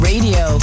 Radio